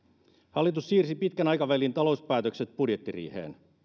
hallitus siirsi pitkän aikavälin talouspäätökset budjettiriiheen